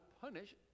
punish